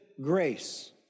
grace